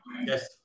Yes